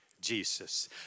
Jesus